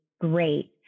great